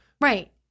right